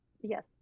yes